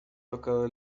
tocado